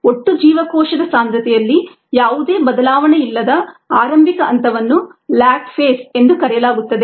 ಒಟ್ಟು ಜೀವಕೋಶದ ಸಾಂದ್ರತೆಯಲ್ಲಿ ಯಾವುದೇ ಬದಲಾವಣೆಯಿಲ್ಲದ ಆರಂಭಿಕ ಹಂತವನ್ನು ಲ್ಯಾಗ್ ಫೇಸ್ ಎಂದು ಕರೆಯಲಾಗುತ್ತದೆ